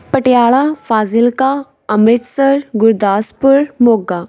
Patiala Fazilka Amritsar Gurdaspur Moga